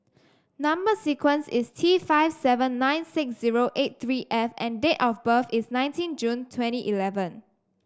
number sequence is T five seven nine six zero eight three F and date of birth is nineteen June twenty eleven